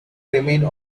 remained